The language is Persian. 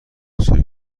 بسیار